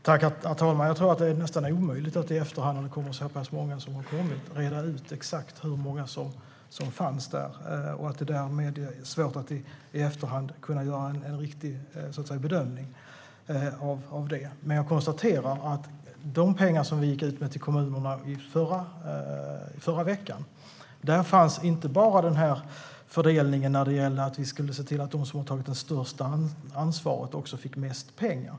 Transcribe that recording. Herr talman! När det kommer så pass många som det har gjort nu tror jag att det är nästan omöjligt att reda ut exakt hur många som fanns där. Det är därmed svårt att i efterhand kunna göra en riktig bedömning av det. Jag konstaterar dock att pengarna som vi gick ut med till kommunerna i förra veckan inte bara innebar fördelningen när det gällde att se till att de som har tagit det största ansvaret också skulle få mest pengar.